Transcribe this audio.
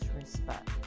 respect